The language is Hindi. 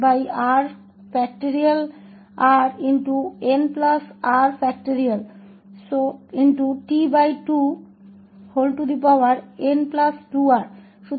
तो बेसल के क्रम 𝑛 के कार्य परिभाषित हैं और ये पहली तरह के हैं